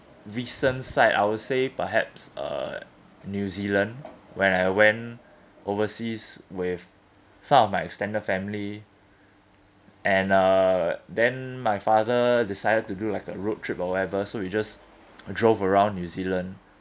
recent side I would say perhaps uh new zealand when I went overseas with some of my extended family and uh then my father decided to do like a road trip or whatever so we just drove around new zealand